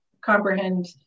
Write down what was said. comprehend